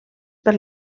per